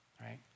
right